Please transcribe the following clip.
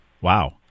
Wow